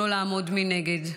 לא לעמוד מנגד.